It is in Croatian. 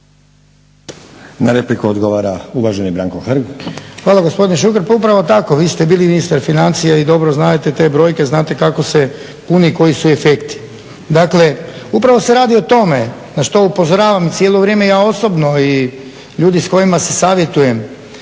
Na repliku odgovara uvaženi Branko Hrg. **Hrg, Branko (HSS)** Hvala. Gospodine Šuker pa upravo tako, vi ste bili ministar financija i dobro znate te brojke, znate kako se puni i koji su efekti, dakle upravo se radi o tome na što upozoravam cijelo vrijeme ja osobno i ljudi s kojima se savjetujem.